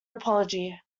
apology